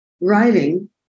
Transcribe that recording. writing